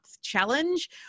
challenge